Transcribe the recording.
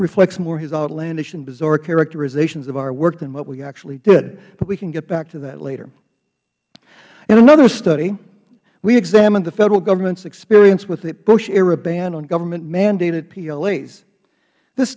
reflects more his outlandish and bizarre characterizations of our work than what we actually did but we can get back to that later in another study we examine the federal government's experience with the bushera ban on governmentmandated